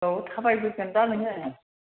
औ थाबायबोगोन दा नोङो